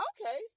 Okay